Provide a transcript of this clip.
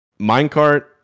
minecart